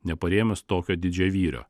neparėmus tokio didžiavyrio